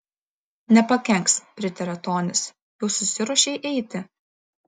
nepakenks pritarė tonis jau susiruošei eiti